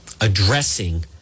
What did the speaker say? addressing